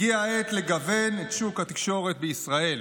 הגיעה העת לגוון את שוק התקשורת בישראל.